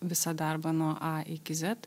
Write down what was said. visą darbą nuo a iki zet